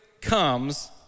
comes